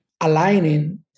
aligning